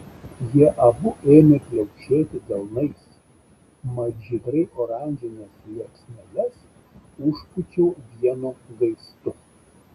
jie abu ėmė pliaukšėti delnais mat žydrai oranžines liepsneles užpūčiau vienu gaistu